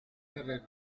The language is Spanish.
terreno